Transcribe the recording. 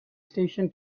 station